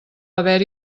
haver